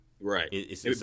Right